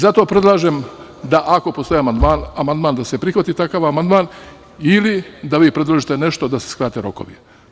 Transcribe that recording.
Zato predlažem da ako postoji amandman da se prihvati takav amandman ili da vi predložite nešto da se skrate rokovi.